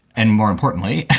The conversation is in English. and more importantly,